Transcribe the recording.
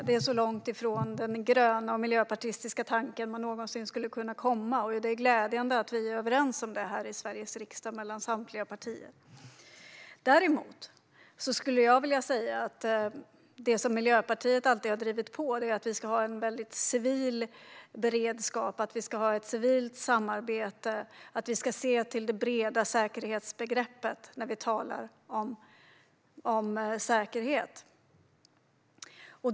Det är så långt ifrån den gröna och miljöpartistiska tanken man någonsin skulle kunna komma, och det är glädjande att vi är överens om det mellan samtliga partier här i Sveriges riksdag. Däremot har Miljöpartiet alltid drivit på för att vi ska ha en civil beredskap och ett civilt samarbete, att vi ska se till det breda säkerhetsbegreppet när vi talar om säkerhet.